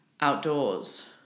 outdoors